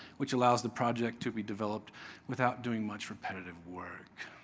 which allows the project to be developed without doing much repetitive work.